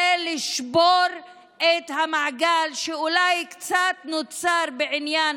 זה לשבור את המעגל שאולי קצת נוצר בעניין